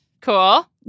Cool